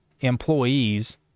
employees